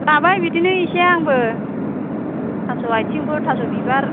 लाबाय बिदिनो एसे आंबो थास' आइथिंफोर थास' बिबार